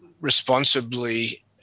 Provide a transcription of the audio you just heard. responsibly